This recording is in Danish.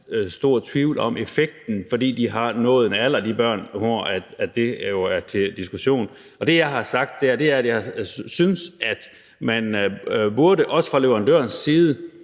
stor tvivl om effekten, fordi de børn har nået en alder, hvor det jo er til diskussion. Det, jeg har sagt der, er, at jeg synes, at man fra leverandørens side